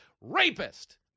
rapist